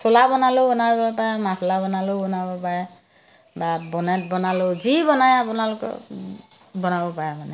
চোলা বনালেও বনাব পাৰে মাফলা বনালেও বনাব পাৰে বা বনেট বনালেও যি বনাই আপোনালোকে বনাব পাৰে মানে